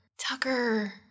Tucker